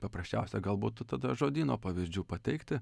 paprasčiausia gal būtų tada žodyno pavyzdžių pateikti